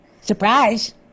surprise